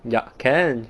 ya can